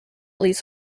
least